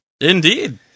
Indeed